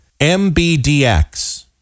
MBDX